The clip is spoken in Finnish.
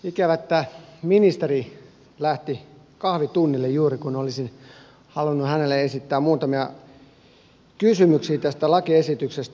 ikävää että ministeri lähti kahvitunnille juuri kun olisin halunnut hänelle esittää muutamia kysymyksiä tästä lakiesityksestä